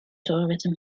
tourism